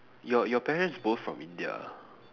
your your parents both from India ah